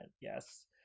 Yes